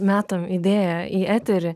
metam idėją į eterį